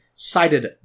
cited